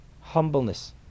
humbleness